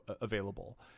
available